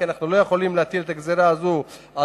כי אנחנו לא יכולים להטיל את הגזירה הזו על